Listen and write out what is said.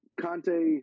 Conte